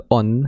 on